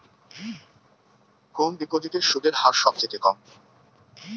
কোন ডিপোজিটে সুদের হার সবথেকে কম?